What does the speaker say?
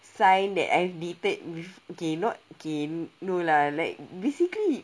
sign that I've dated okay not gain no lah like basically